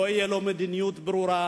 לא תהיה לו מדיניות ברורה,